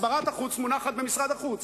הסברת החוץ מונחת במשרד החוץ.